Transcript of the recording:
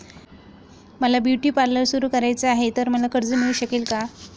मला beauty parlour सुरू करायचे आहे तर मला कर्ज मिळू शकेल का?